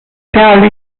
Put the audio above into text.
tally